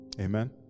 amen